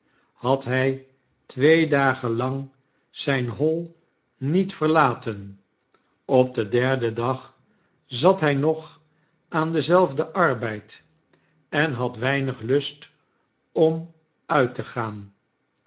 had hij twee dagen lang zijn hoi niet verlaten op den derden dag zat hij nog aan denzelfden arbeid en had weinig lust om uit te gaan